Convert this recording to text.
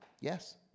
Yes